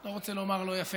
לא רוצה לומר, לא יפה.